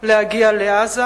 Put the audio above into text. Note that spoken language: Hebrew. להגיע לעזה,